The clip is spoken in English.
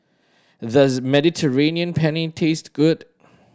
does Mediterranean Penne taste good